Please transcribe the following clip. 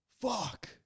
Fuck